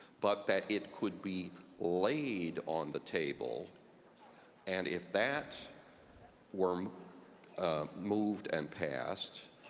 but that it could be laid on the table and if that were moved and passed,